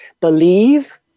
believe